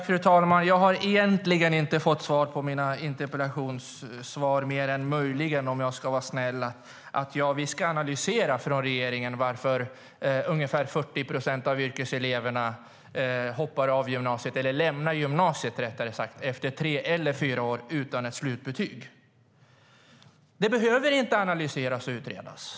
Fru talman! Jag har egentligen inte fått svar på mina frågor, mer än möjligen, om jag ska vara snäll, svaret att regeringen ska analysera varför ungefär 40 procent av yrkeseleverna lämnar gymnasiet efter tre eller fyra år utan slutbetyg. Detta behöver inte analyseras och utredas.